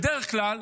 בדרך כלל,